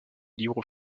libre